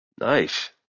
Nice